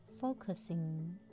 focusing